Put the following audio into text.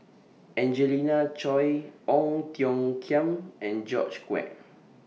Angelina Choy Ong Tiong Khiam and George Quek